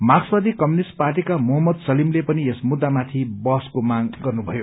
मार्क्सवादी कम्युनिष्ट पार्टीका मोहम्मद सलीमले पनि यस मुद्दामाथि बहसको माग गर्नुभयो